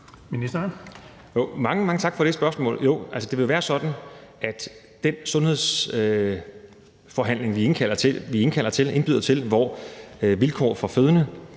mange tak for det spørgsmål. Jo, det vil være sådan, at i den sundhedsforhandling, vi indkalder til og indbyder